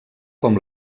com